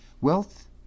wealth